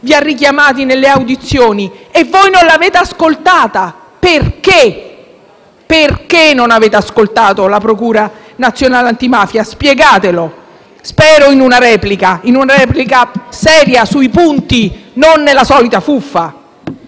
vi ha richiamati nelle audizioni e voi non l'avete ascoltata: perché non avete ascoltato la procura nazionale antimafia? Spiegatelo. Spero in una replica seria sui punti, non nella solita fuffa.